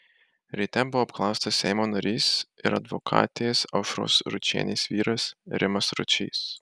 ryte buvo apklaustas seimo narys ir advokatės aušros ručienės vyras rimas ručys